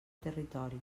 territori